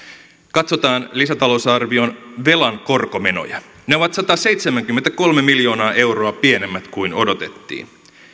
katsotaan lisätalousarvion velan korkomenoja ne ovat sataseitsemänkymmentäkolme miljoonaa euroa pienemmät kuin odotettiin